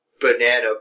Banana